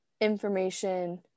information